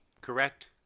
correct